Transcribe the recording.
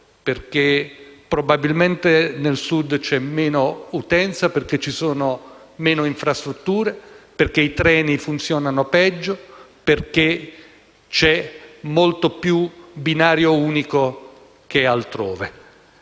coda: probabilmente nel Sud c'è meno utenza perché ci sono meno infrastrutture, perché i treni funzionano peggio, perché c'è molto più binario unico che altrove,